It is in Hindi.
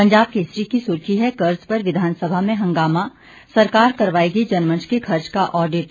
पंजाब केसरी की सुर्खी है कर्ज पर विधानसभा में हंगामा सरकार करवाएगी जनमंच के खर्च का ऑडिट